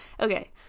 okay